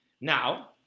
Now